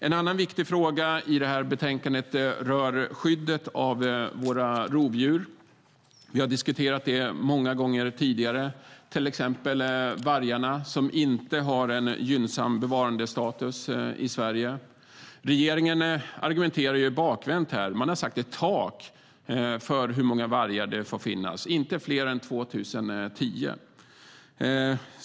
En annan viktig fråga i betänkandet rör skyddet av våra rovdjur. Vi har diskuterat det många gånger tidigare, till exempel vargarna som inte har en gynnsam bevarandestatus i Sverige. Regeringen argumenterar bakvänt här. Man har satt ett tak för hur många vargar som får finnas, inte fler än 2 010.